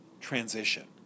transition